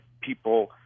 people